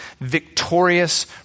victorious